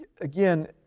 Again